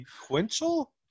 Sequential